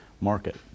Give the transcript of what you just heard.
market